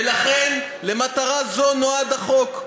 ולכן, למטרה זו נועד החוק.